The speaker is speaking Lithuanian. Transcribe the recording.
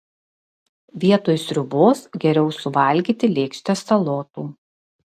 vietoj sriubos geriau suvalgyti lėkštę salotų